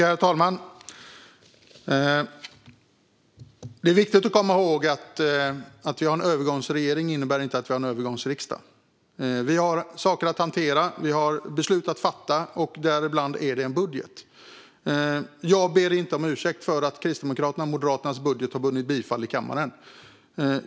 Herr talman! Att vi har en övergångsregering innebär inte att vi har en övergångsriksdag. Det är viktigt att komma ihåg. Vi har saker att hantera och beslut att fatta, däribland en budget. Jag ber inte om ursäkt för att Kristdemokraternas och Moderaternas budget har vunnit bifall i kammaren.